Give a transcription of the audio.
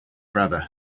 brother